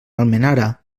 almenara